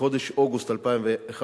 מחודש אוגוסט 2011,